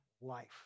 life